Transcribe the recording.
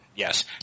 Yes